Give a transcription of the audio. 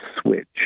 switch